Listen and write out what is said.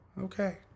okay